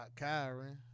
Kyron